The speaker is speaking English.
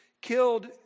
killed